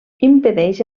impedeix